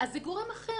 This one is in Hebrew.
זה יכול לעשות גורם אחר,